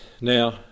Now